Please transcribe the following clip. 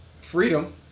freedom